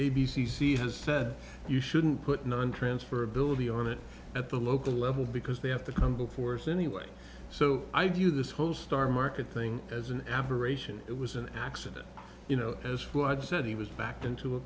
c has said you shouldn't put non transfer ability on it at the local level because they have to come before us anyway so i view this whole star market thing as an aberration it was an accident you know as well i said he was backed into a